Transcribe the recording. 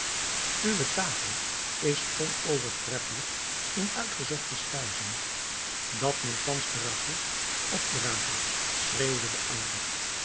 uwe tafel is onovertreffelijk in uitgezochte spijzen dat men thans de ragout opdrage schreeuwde de oude